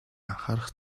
анхаарал